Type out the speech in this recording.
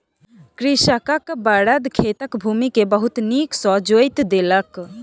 कृषकक बड़द खेतक भूमि के बहुत नीक सॅ जोईत देलक